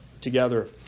together